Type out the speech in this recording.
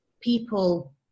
people